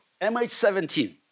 MH17